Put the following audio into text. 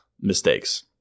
mistakes